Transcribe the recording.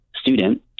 student